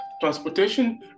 transportation